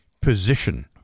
position